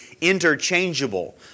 interchangeable